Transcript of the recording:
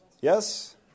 Yes